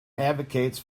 advocates